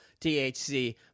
THC